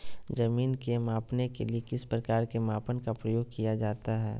जमीन के मापने के लिए किस प्रकार के मापन का प्रयोग किया जाता है?